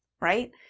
right